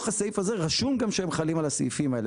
הסעיף הזה רשום גם שהם חלים על הסעיפים האלה.